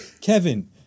Kevin